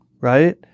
right